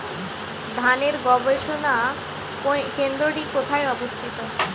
ধানের গবষণা কেন্দ্রটি কোথায় অবস্থিত?